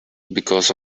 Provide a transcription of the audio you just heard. because